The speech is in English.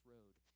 Road